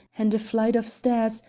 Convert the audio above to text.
and a flight of stairs,